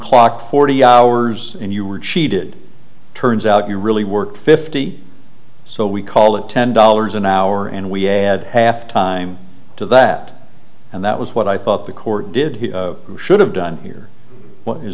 clocked forty hours and you were cheated turns out you really work fifty so we call it ten dollars an hour and we had half time to that and that was what i thought the court did he should have done here